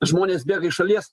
žmonės bėga iš šalies